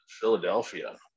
philadelphia